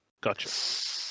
Gotcha